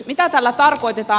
mitä tällä tarkoitetaan